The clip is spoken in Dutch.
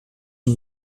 een